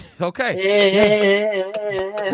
Okay